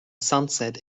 sunset